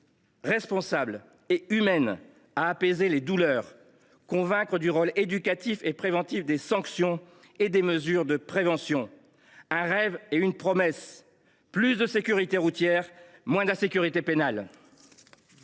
responsable et humaine, à apaiser les douleurs et à convaincre du rôle éducatif et préventif des sanctions et des mesures de prévention. J’ai fait un rêve et une promesse : plus de sécurité routière, moins d’insécurité pénale